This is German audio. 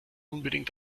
unbedingt